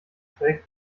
schräg